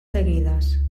seguides